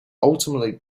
ultimately